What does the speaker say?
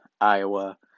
Iowa